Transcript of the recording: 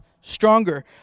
stronger